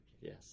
Yes